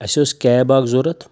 اَسہِ ٲسۍ کیب اَکھ ضوٚرَتھ